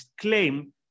claim